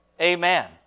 Amen